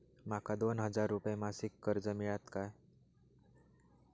माका दोन हजार रुपये मासिक कर्ज मिळात काय?